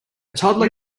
toddler